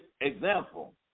example